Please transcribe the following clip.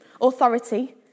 authority